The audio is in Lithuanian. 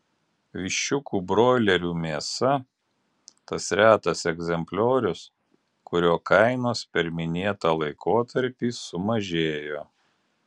viščiukų broilerių mėsa tas retas egzempliorius kurio kainos per minėtą laikotarpį sumažėjo